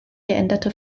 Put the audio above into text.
geänderte